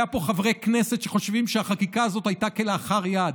היו פה חברי כנסת שחושבים שהחקיקה הזאת הייתה כלאחר יד,